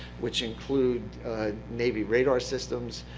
which include navy radar systems,